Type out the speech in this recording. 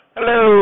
Hello